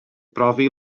brofi